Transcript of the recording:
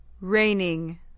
Raining